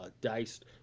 diced